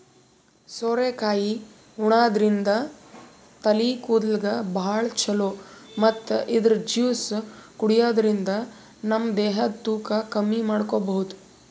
ಸೋರೆಕಾಯಿ ಉಣಾದ್ರಿನ್ದ ತಲಿ ಕೂದಲ್ಗ್ ಭಾಳ್ ಛಲೋ ಮತ್ತ್ ಇದ್ರ್ ಜ್ಯೂಸ್ ಕುಡ್ಯಾದ್ರಿನ್ದ ನಮ ದೇಹದ್ ತೂಕ ಕಮ್ಮಿ ಮಾಡ್ಕೊಬಹುದ್